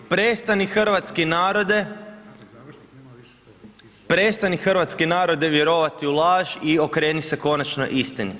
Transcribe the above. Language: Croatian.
Prestani hrvatski narode, prestani hrvatski narode vjerovati u laž i okreni se konačno istini.